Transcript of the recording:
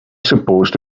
supposed